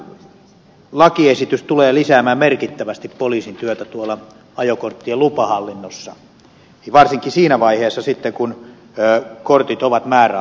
tämä lakiesitys tulee lisäämään merkittävästi poliisin työtä ajokorttien lupahallinnossa ja varsinkin siinä vaiheessa sitten kun kortit ovat määräaikaisia